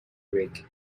rig